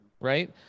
Right